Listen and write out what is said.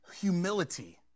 humility